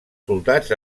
soldats